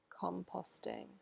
composting